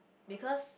because